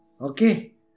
okay